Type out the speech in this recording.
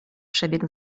przebieg